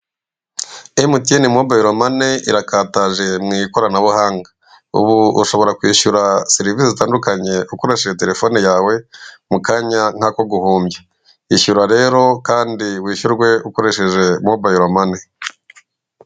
Emutiyene Mobayilomani irakataje mu ikoranabuhanga. Ubu ushobora kwishyura serivisi zitandukanye ukoresheje telefone yawe, mu kanya nk'ako guhumbya. Ishyura rero kandi wishyurwe ukoresheje Mobayilomani.